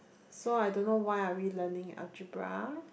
so I don't why are we learning algebra